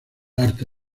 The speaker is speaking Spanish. arte